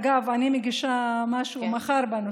אגב, אני מגישה משהו מחר בנושא.